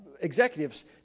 executives